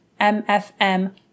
MFM